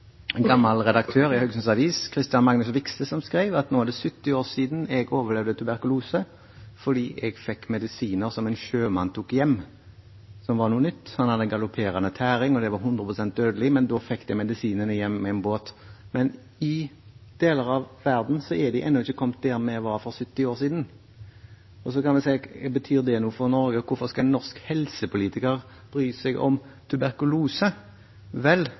gammel redaktør i Haugesunds Avis, Kristian Magnus Vikse, skrev: at det nå er 70 år siden han overlevde tuberkulose fordi han fikk medisiner som en sjømann tok hjem, som var noe nytt. Han hadde galopperende tæring, og den var 100 pst. dødelig, men da fikk de medisinene hjem med båt. I deler av verden har man ennå ikke kommet dit vi var for 70 år siden. Og så kan vi spørre: Gjør det noe for Norge, og hvorfor skal norske helsepolitikere bry seg om tuberkulose? Vel,